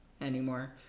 anymore